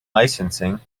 licensing